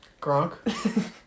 Gronk